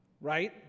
right